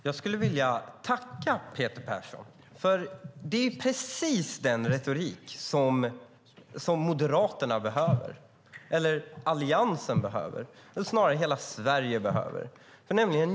Herr talman! Jag skulle vilja tacka Peter Persson, för det är precis den retorik som Moderaterna och Alliansen, eller snarare hela Sverige, behöver.